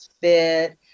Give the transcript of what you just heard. fit